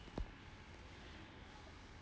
at